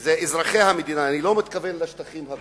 ואלה אזרחי המדינה, אני לא מתכוון לשטחים הכבושים,